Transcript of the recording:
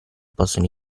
possono